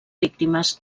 víctimes